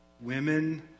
women